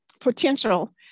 potential